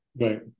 Right